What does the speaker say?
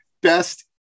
best